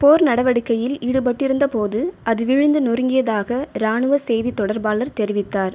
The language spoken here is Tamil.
போர் நடவடிக்கையில் ஈடுபட்டிருந்த போது அது விழுந்து நொறுங்கியதாக ராணுவ செய்தித் தொடர்பாளர் தெரிவித்தார்